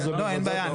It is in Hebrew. לא, אין בעיה.